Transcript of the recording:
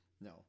No